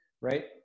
right